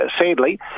sadly